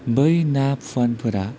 बै ना फुवानफोरा